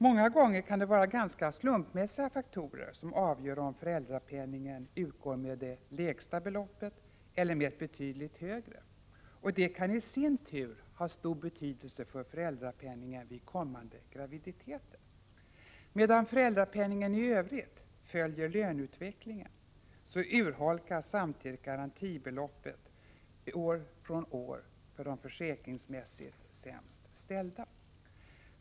Många gånger kan det vara ganska slumpmässiga faktorer som avgör om föräldrapenningen utgår med det lägsta beloppet eller med ett betydligt högre, och detta kan i sin tur ha stor betydelse för föräldrapenningen vid kommande graviditeter. Medan föräldrapenningen i övrigt följer löneutvecklingen, urholkas samtidigt garantibeloppet för de försäkringsmässigt sämst ställda.